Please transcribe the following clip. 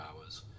hours